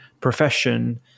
profession